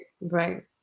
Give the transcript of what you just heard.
right